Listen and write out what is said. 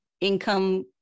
income